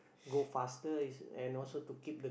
go faster is and also to keep the